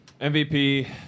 MVP